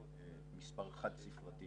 מספר חד ספרתי